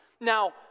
Now